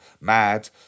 mad